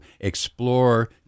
explore